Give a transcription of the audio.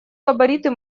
габариты